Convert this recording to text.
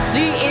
See